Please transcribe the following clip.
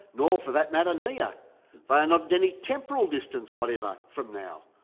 nor for that matter near. they are not at any temporal distance whatever from now,